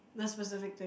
the specific thing